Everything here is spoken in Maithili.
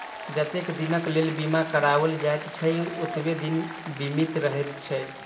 जतेक दिनक लेल बीमा कराओल जाइत छै, ओतबे दिन बीमित रहैत छै